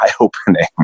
eye-opening